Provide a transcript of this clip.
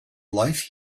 life